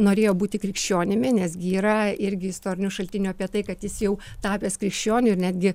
norėjo būti krikščionimi nes gi yra irgi istorinių šaltinių apie tai kad jis jau tapęs krikščioniu ir netgi